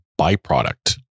byproduct